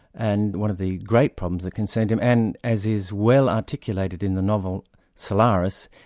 and one of the great problems that concerned him, and as is well articulated in the novel solaris,